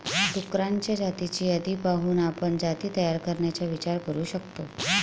डुक्करांच्या जातींची यादी पाहून आपण जाती तयार करण्याचा विचार करू शकतो